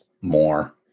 more